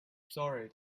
sorry